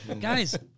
Guys